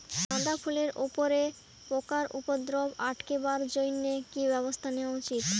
গাঁদা ফুলের উপরে পোকার উপদ্রব আটকেবার জইন্যে কি ব্যবস্থা নেওয়া উচিৎ?